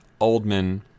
Oldman